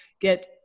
get